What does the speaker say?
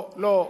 לא, לא,